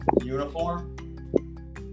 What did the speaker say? uniform